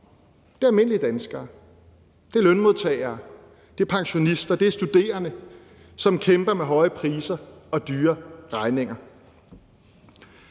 Det er almindelige danskere, det er lønmodtagere, det er pensionister, og det er studerende, som kæmper med høje priser og dyre regninger.